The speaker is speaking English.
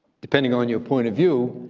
depending on your point of view,